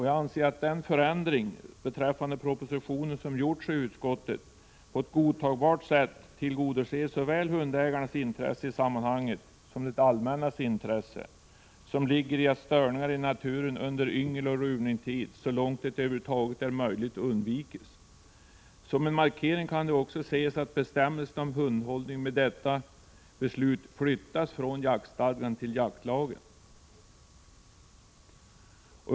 Jag anser att den ändring i förhållande till förslaget i propositionen som utskottet förordar, på ett godtagbart sätt tillmötesgår såväl hundägarnas intresse som det allmännas intresse av att störningar i naturen under yngeloch ruvningstid så långt det över huvud taget är möjligt undviks. Det kan också ses som en markering att bestämmelserna om hundhållning i och med beslutet på denna punkt flyttas från jaktstadgan till jaktlagen.